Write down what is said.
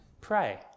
Pray